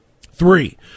Three